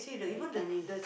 very cunning